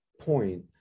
point